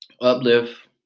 Uplift